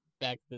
back